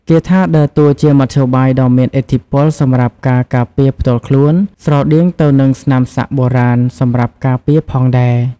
គាថាដើរតួជាមធ្យោបាយដ៏មានឥទ្ធិពលសម្រាប់ការការពារផ្ទាល់ខ្លួន ស្រដៀងទៅនឹងស្នាមសាក់បុរាណសម្រាប់ការពារផងដែរ។